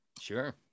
Sure